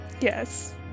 Yes